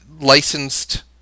licensed